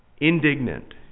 indignant